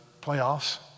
playoffs